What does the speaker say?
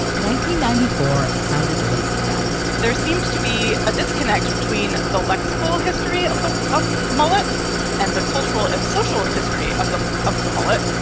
ninety ninety four sounded late to them there seemed to be a disconnect between the lexical history of the mullet and the cultural and social history of the of the mullet.